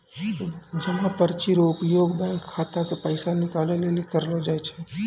जमा पर्ची रो उपयोग बैंक खाता से पैसा निकाले लेली करलो जाय छै